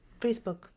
Facebook